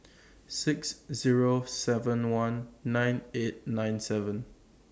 six Zero seven one nine eight nine seven